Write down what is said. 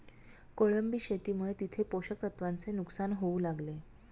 कोळंबी शेतीमुळे तिथे पोषक तत्वांचे नुकसान होऊ लागले